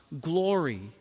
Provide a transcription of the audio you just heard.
glory